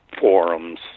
forums